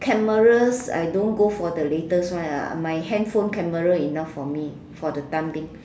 cameras I don't go for the latest ones my handphone camera enough for me for the time being